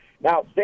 Now